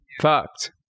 Fucked